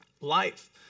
life